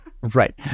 Right